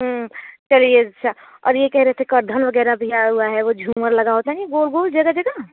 चलिए अच्छा और ये कह रहे थे करधन वगैरह भी आया हुआ है वो झूमर लगा होता है नहीं गोल गोल जगह जगह